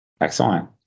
Excellent